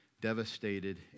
devastated